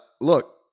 look